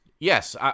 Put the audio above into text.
Yes